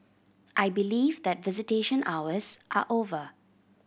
I believe that visitation hours are over